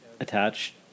attached